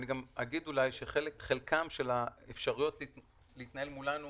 חלק מהאפשרויות להתנהל מולנו